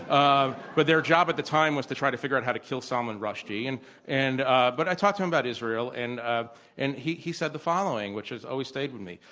um but their job at the time was to try to figure out how to kill salman rushdie. and and ah but i talked to him about israel. and ah and he he said the following, which has always stayed with me.